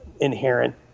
inherent